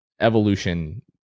evolution